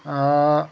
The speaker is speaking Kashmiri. ٲں